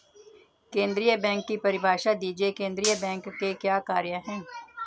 केंद्रीय बैंक की परिभाषा दीजिए केंद्रीय बैंक के क्या कार्य हैं?